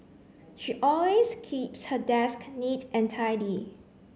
she always keeps her desk neat and tidy